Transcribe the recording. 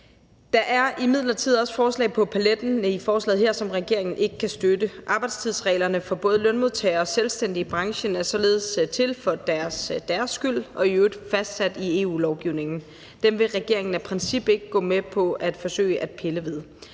Der er imidlertid også forslag i paletten af forslag her, som regeringen ikke kan støtte. Arbejdstidsreglerne for både lønmodtagere og selvstændige i branchen er således til for deres skyld og i øvrigt fastsat i EU-lovgivningen. Dem vil regeringen af princip ikke gå med på at forsøge at pille ved.